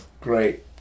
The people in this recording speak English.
Great